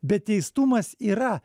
bet teistumas yra